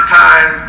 time